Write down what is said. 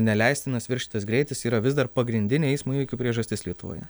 neleistinas viršytas greitis yra vis dar pagrindinė eismo įvykių priežastis lietuvoje